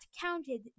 counted